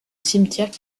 cimetière